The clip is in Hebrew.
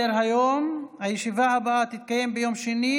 מלכיאלי, בעד, עמית הלוי,